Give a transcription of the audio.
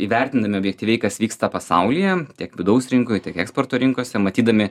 įvertiname objektyviai kas vyksta pasaulyje tiek vidaus rinkoje tiek eksporto rinkose matydami